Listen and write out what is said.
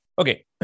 Okay